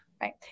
Right